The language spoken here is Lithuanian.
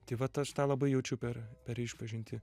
tai vat aš tą labai jaučiu per per išpažintį